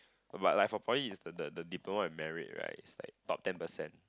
but like for poly is the the the diploma with merit right is like the top ten percent